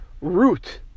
root